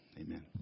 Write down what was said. Amen